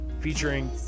Featuring